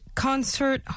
concert